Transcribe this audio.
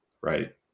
right